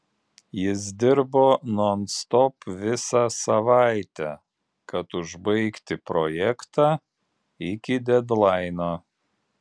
jis dirbo nonstop visą savaitę kad užbaigti projektą iki dedlaino